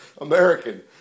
American